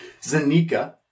Zanika